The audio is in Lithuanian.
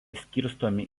skirstomi